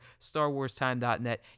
StarWarsTime.net